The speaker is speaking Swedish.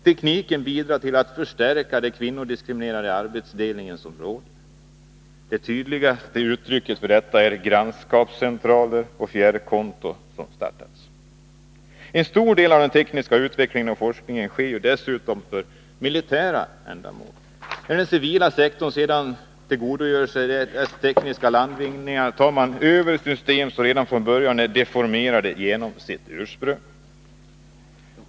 Tekniken bidrar till att förstärka den kvinnodiskriminerande arbetsfördelning som råder. Det tydligaste uttrycket för detta är de grannskapscentraler och fjärrkontor som startats. En stor del av den tekniska utvecklingen och forskningen sker dessutom för militära ändamål. När den civila sektorn sedan tillgodogör sig dessa tekniska landvinningar, tar man över system som redan från början är deformerade genom sitt ursprung.